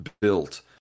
built